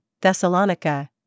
Thessalonica